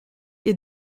est